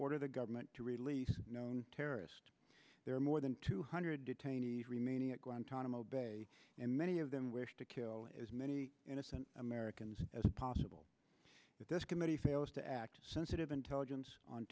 order the government to release terrorist there are more than two hundred detainees remaining at guantanamo bay and many of them wish to kill as many innocent americans as possible that this committee fails to act sensitive intelligence on